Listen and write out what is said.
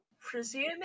presuming